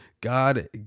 god